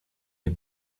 nie